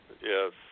Yes